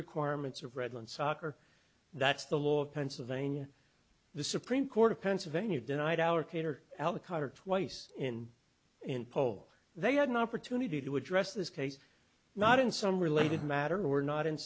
requirements of redland soccer that's the law of pennsylvania the supreme court of pennsylvania denied our creator ellicott or twice in an poll they had an opportunity to address this case not in some related matter or not in